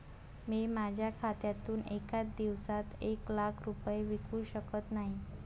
मी माझ्या खात्यातून एका दिवसात एक लाख रुपये विकू शकत नाही